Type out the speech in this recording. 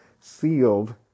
sealed